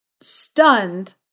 stunned